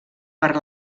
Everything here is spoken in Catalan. per